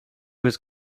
was